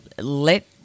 let